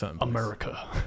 America